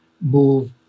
move